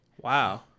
wow